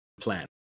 plan